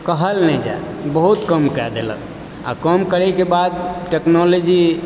कहल नहि जाय बहुत कम कय देलक आ कम करय के बाद टेक्नोलॉजी